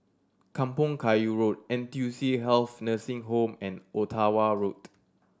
Kampong Kayu Road N T U C Health Nursing Home and Ottawa Road